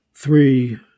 three